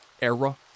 era